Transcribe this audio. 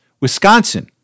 Wisconsin